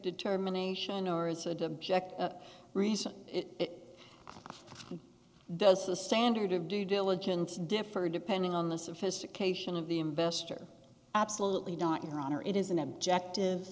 determination hours a day object a reason it does the standard of due diligence differ depending on the sophistication of the investor absolutely not your honor it is an objective